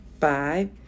Five